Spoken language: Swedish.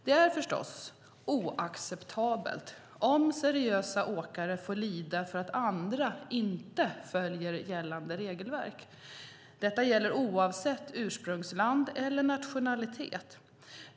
Det är förstås oacceptabelt om seriösa åkare får lida för att andra inte följer gällande regelverk. Detta gäller oavsett ursprungsland eller nationalitet.